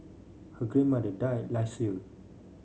her grandmother died last year